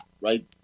right